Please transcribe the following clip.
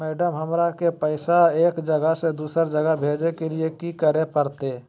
Madam, हमरा के पैसा एक जगह से दुसर जगह भेजे के लिए की की करे परते?